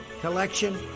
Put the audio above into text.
collection